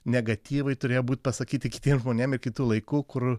negatyvai turėjo būt pasakyti kitiem žmonėm ir kitu laiku kur